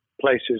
places